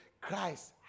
Christ